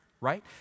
right